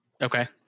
okay